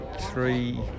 three